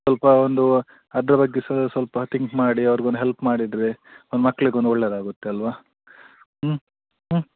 ಸ್ವಲ್ಪ ಒಂದು ಅದ್ರ ಬಗ್ಗೆ ಸಹ ಸ್ವಲ್ಪ ತಿಂಕ್ ಮಾಡಿ ಅವ್ರಿಗೊಂದು ಹೆಲ್ಪ್ ಮಾಡಿದರೆ ಮಕ್ಳಿಗೊಂದು ಒಳ್ಳೇದಾಗುತ್ತೆಲ್ವ ಹ್ಞೂ ಹ್ಞೂ